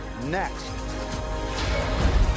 Next